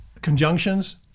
conjunctions